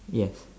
ya